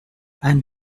and